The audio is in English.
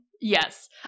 Yes